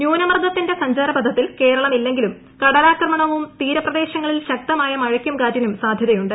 ന്യൂനമർദ ത്തിന്റെ സഞ്ചാരപഥത്തിൽ കേരളം കല്ലെങ്കിലും കടലാക്രമണവും തീരപ്രദേശങ്ങളിൽ ശക്തമായ മഴക്കും കാറ്റിനും സാധ്യതയുണ്ട്